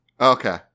Okay